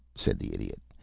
said the idiot.